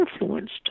influenced